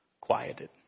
quieted